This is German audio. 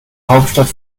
hauptstadt